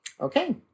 Okay